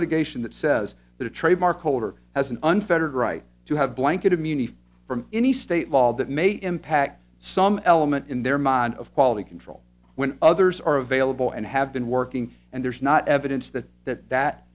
litigation that says that a trademark holder has an unfettered right to have blanket immunity from any state law that may impact some element in their mind of quality control when others are available and have been working and there's not evidence that that that